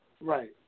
right